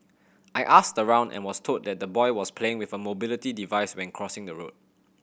I asked around and was told that the boy was playing with a mobility device when crossing the road